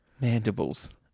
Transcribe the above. Mandibles